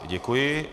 Děkuji.